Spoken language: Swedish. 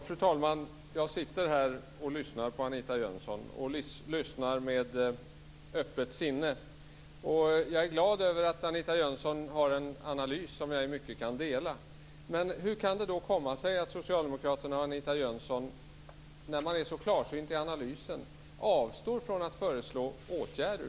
Fru talman! Jag sitter här och lyssnar på Anita Jönsson med öppet sinne. Jag är glad över att Anita Jönsson har en analys som jag i mycket kan dela. Men hur kan det då komma sig att Socialdemokraterna och Anita Jönsson avstår från att föreslå åtgärder när man är så klarsynt i analysen?